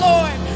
Lord